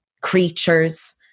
creatures